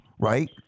Right